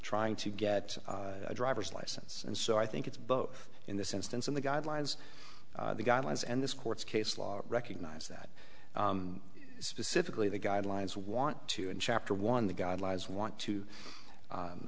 trying to get a driver's license and so i think it's both in this instance in the guidelines the guidelines and this court's case law recognize that specifically the guidelines want to in chapter one the guidelines want to